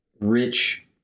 rich